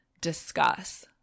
discuss